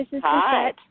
Hi